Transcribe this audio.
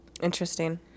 Interesting